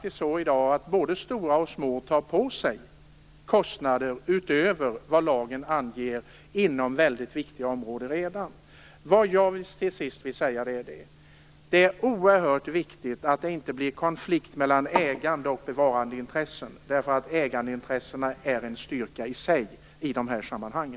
I dag tar både stora och små ägare redan på sig kostnader utöver vad lagen anger inom väldigt viktiga områden. Slutligen vill jag säga att det är oerhört viktigt att det inte blir konflikt mellan ägande och bevarandeintressen. Ägandeintressena är en styrka i sig i dessa sammanhang.